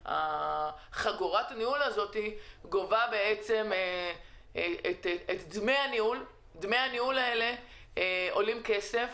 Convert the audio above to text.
וחגורת הניהול הזו גובה את דמי הניהול שעולים כסף.